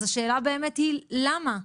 אז השאלה באמת היא למה?